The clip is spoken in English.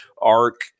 ARC